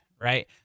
right